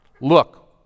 Look